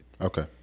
Okay